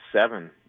seven